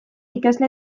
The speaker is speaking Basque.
ikasle